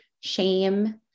shame